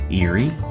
eerie